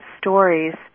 stories